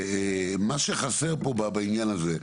מה שחסר פה בעניין הזה,